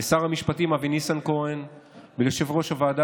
לשר המשפטים אבי ניסנקורן וליושב-ראש הוועדה